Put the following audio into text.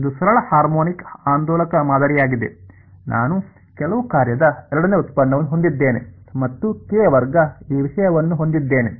ಇದು ಸರಳ ಹಾರ್ಮೋನಿಕ್ ಆಂದೋಲಕ ಮಾದರಿಯಾಗಿದೆ ನಾನು ಕೆಲವು ಕಾರ್ಯದ ಎರಡನೇ ವ್ಯುತ್ಪನ್ನವನ್ನು ಹೊಂದಿದ್ದೇನೆ ಮತ್ತು ಕೆ ವರ್ಗ ಈ ವಿಷಯವನ್ನು ಹೊಂದಿದ್ದೇನೆ